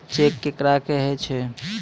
Cheque केकरा कहै छै?